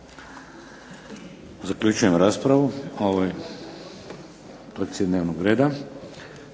Zaključujem raspravu o ovoj točki dnevnog reda.